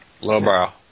Lowbrow